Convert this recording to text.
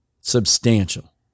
Substantial